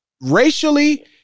racially